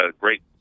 great